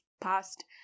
past